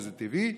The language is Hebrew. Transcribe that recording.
וזה טבעי.